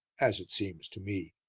as it seems to me.